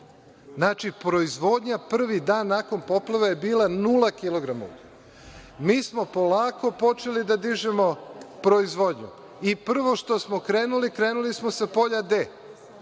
Znači, proizvodnja prvi dan nakon poplave je bila nula kilogram uglja. Mi smo polako počeli da dižemo proizvodnju i prvo što smo krenuli, krenuli smo sa polja „D“.